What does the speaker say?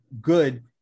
good